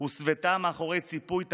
הוסוותה מאחורי ציפוי טפט.